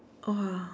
!wah!